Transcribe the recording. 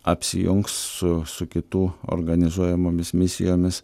apsijungs su su kitų organizuojamomis misijomis